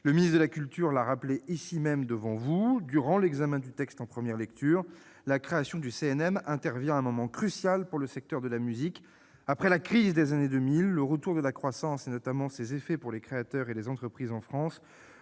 Le ministre de la culture l'a rappelé ici même devant vous, durant l'examen du texte en première lecture, la création du CNM intervient à un moment crucial pour le secteur de la musique : après la « crise » des années 2000, le retour de la croissance et notamment ses effets pour les créateurs et les entreprises en France